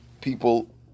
people